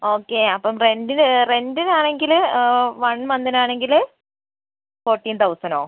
okay അപ്പം റെൻറ്റിനാണെങ്കില് one മന്തിനാണെങ്കില് ഫോർട്ടീൻ തൗസന്റൊ